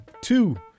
two